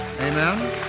Amen